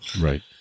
Right